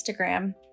Instagram